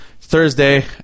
Thursday